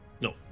No